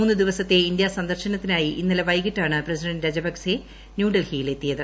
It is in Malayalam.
മൂന്നു ദിവസത്തെ ഇന്ത്യാ സന്ദർശനത്തിനായി ഇന്നലെ വൈകിട്ടാണ് പ്രസിഡന്റ് രജപക്സെ ന്യൂഡൽഹിയിലെത്തിയത്